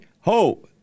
hope